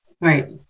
Right